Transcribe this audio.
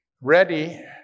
ready